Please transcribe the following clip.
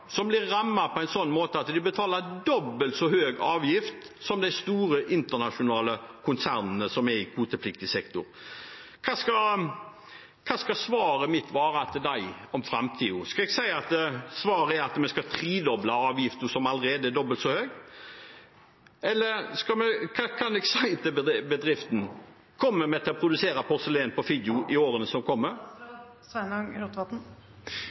som blir rammet på en sånn måte at de betaler dobbelt så høy avgift som de store internasjonale konsernene i kvotepliktig sektor: Hva skal svaret mitt være til dem om framtiden? Skal jeg si at vi skal tredoble avgiften, som allerede er dobbelt så høy? Hva kan jeg si til den bedriften? Kommer de til å produsere porselen på Figgjo i årene som kommer?